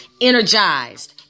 energized